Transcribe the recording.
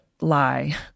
lie